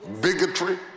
bigotry